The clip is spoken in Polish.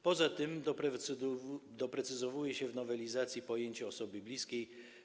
Poza tym doprecyzowuje się w nowelizacji pojęcie osoby bliskiej.